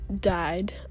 died